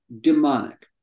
demonic